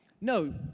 No